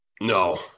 No